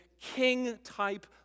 king-type